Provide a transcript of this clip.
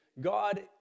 God